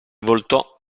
voltò